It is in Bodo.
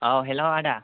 औ हेल' आदा